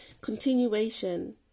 Continuation